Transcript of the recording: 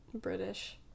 British